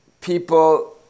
people